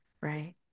right